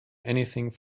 anything